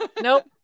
Nope